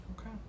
Okay